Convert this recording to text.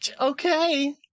Okay